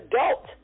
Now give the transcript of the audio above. adult